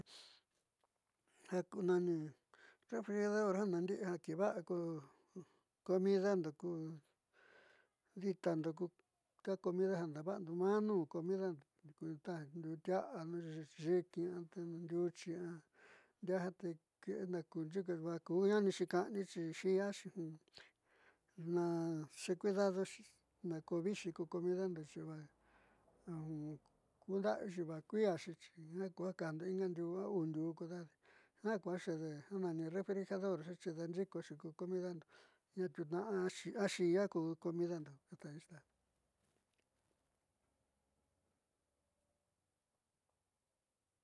Jaku nani refijerador ja nandi'i ja kiivaá ku comidando ku ditando ku ta comida ja dava'ando maá nuun comidando ku taj ndiutia'a myiinki a ndiuchi a diaa ja te vookuu ñaanixi ka'anixi xi'iaxi na xecuidadoxi na ko viixi ku comidando xi vaa kunda'avixi va kui'iaxi xi jiaa ku ja kajndo inga ndiuu a uu ndiuu kadaadi jiaa ku ja xeede ja nani refrigerador xi daanxi'ikoxi ku comidando ñaa tiuutna'a axi'iaa ku comidando.